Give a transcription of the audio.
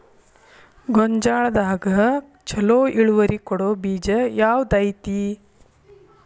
ಗೊಂಜಾಳದಾಗ ಛಲೋ ಇಳುವರಿ ಕೊಡೊ ಬೇಜ ಯಾವ್ದ್ ಐತಿ?